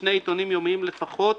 בשני עיתונים יומיים לפחות,